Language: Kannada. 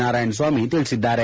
ನಾರಾಯಣಸ್ವಾಮಿ ತಿಳಿಸಿದ್ದಾರೆ